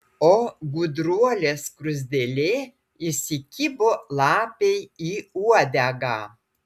o gudruolė skruzdėlė įsikibo lapei į uodegą